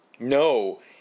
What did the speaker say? No